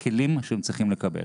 את הכלים שהם צריכים לקבל.